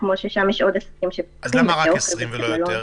מה רק 20 ולא יותר?